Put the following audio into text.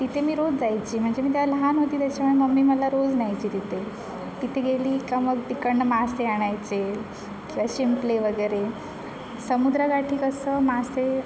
तिथे मी रोज जायचे म्हणजे मी तेव्हा लहान होते त्याच्या मम्मी मला रोज न्यायची तिथे तिथे गेले की मग तिकडनं मासे आणायचे किंवा शिंपले वगैरे समुद्राकाठी कसं मासे